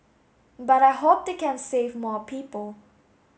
but I hope they can save more people